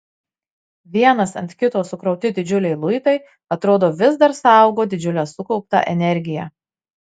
vienas ant kito sukrauti didžiuliai luitai atrodo vis dar saugo didžiulę sukauptą energiją